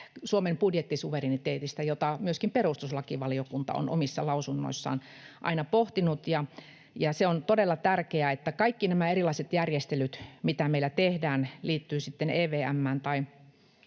Suomen budjettisuvereniteetista, jota myöskin perustuslakivaliokunta on omissa lausunnoissaan aina pohtinut. Se on todella tärkeää, että kaikissa erilaisissa järjestelyissä, mitä meillä tehdään, liittyvät ne sitten EVM:ään